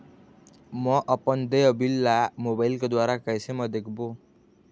म अपन देय बिल ला मोबाइल के द्वारा कैसे म देखबो?